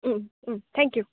thank you